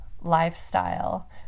lifestyle